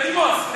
בדימוס.